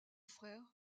frère